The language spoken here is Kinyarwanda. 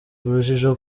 urujijo